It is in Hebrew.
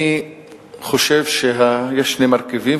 אני חושב שיש שני מרכיבים,